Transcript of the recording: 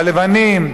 הלבנים,